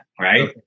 right